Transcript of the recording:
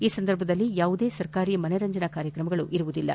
ಈ ಸಂದರ್ಭದಲ್ಲಿ ಯಾವುದೇ ಸರ್ಕಾರಿ ಮನರಂಜನಾ ಕಾರ್ಯಕ್ರಮಗಳು ಇರುವುದಿಲ್ಲ